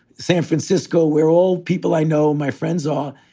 san francisco. we're all people i know my friends are.